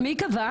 ומי קבע?